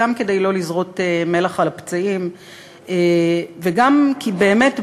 גם כדי לא לזרות מלח על הפצעים וגם כי באמת,